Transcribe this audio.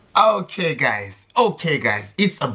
ah okay guys! okay guys it's ah